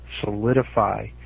solidify